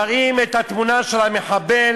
מראים את התמונה של המחבל,